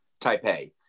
Taipei